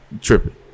tripping